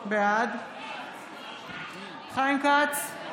בעד חיים כץ,